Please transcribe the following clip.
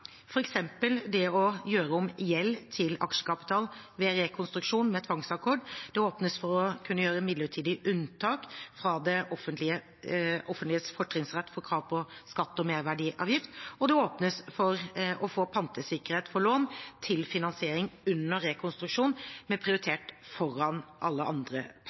det å gjøre om gjeld til aksjekapital ved rekonstruksjon med tvangsakkord. Det åpnes for å kunne gjøre midlertidig unntak fra det offentliges fortrinnsrett for krav på skatt og merverdiavgift, og det åpnes for å få pantesikkerhet for lån til finansiering under rekonstruksjon med prioritet foran alle andre